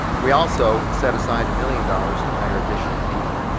we also set aside a million dollars to hire additional people,